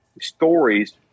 stories